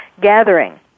Gathering